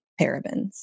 parabens